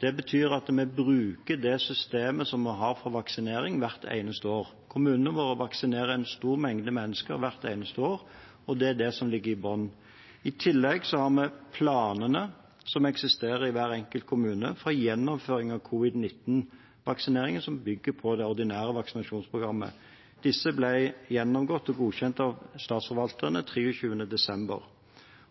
Det betyr at vi bruker det systemet som vi har for vaksinering hvert eneste år. Kommunene våre vaksinerer en stor mengde mennesker hvert eneste år, og det er det som ligger i bunnen. I tillegg har vi planene som eksisterer i hver enkelt kommune for gjennomføring av covid-19-vaksineringen, som bygger på det ordinære vaksinasjonsprogrammet. Disse ble gjennomgått og godkjent av statsforvalterne 23. desember.